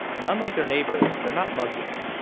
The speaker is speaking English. and unlike their neighbors, they're not muslim.